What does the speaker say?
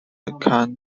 can